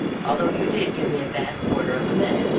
although you did give me a bad quarter of a minute,